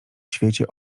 świecie